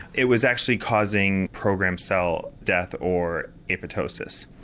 it was actually causing programmed cell death or apoptosis.